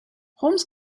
holmes